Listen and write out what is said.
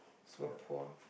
so poor